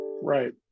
right